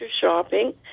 shopping